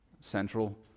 central